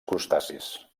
crustacis